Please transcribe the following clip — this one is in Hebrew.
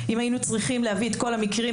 אם היינו צריכים להביא את כל המקרים,